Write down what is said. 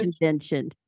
convention